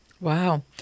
wow